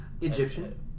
Egyptian